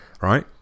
Right